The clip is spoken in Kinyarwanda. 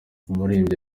umuririmbyi